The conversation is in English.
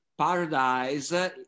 Paradise